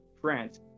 France